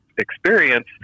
experience